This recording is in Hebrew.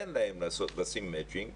אין להם לשים מצ'ינג,